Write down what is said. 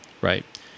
right